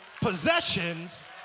possessions